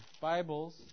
Bibles